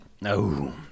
No